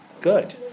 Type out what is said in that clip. good